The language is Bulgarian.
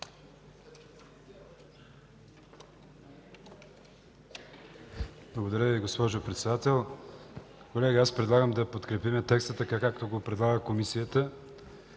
Благодаря, госпожо Председател. Колеги, предлагам да подкрепим текста, както го предлага Комисията.